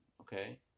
okay